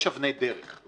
יש אבני דרך,